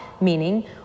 meaning